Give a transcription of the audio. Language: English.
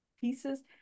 pieces